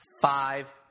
Five